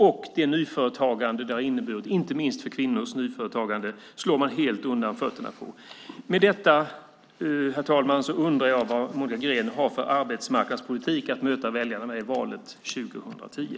Dessa jobb som också har inneburit ett nyföretagande, inte minst för kvinnor, slår man helt undan fötterna för. Herr talman! Jag undrar vad Monica Green har för arbetsmarknadspolitik att möta väljarna med i valet 2010.